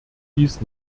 dies